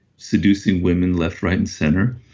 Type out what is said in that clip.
seducing women left, right and center.